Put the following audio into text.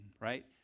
right